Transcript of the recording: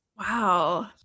Wow